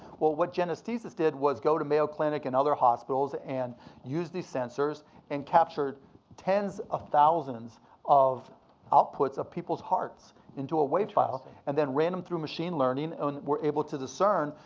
well, what genestesis did was go to mayo clinic and other hospitals and use these sensors and capture tens of thousands of outputs of people's hearts into a wav file, and then ran em through machine learning, and were able to discern,